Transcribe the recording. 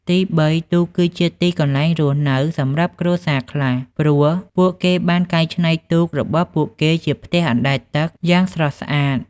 ទីបី ទូកគឺជា ទីកន្លែងរស់នៅ សម្រាប់គ្រួសារខ្លះ ព្រោះពួកគេបានកែច្នៃទូករបស់ពួកគេជាផ្ទះអណ្តែតទឹកយ៉ាងស្រស់ស្អាត។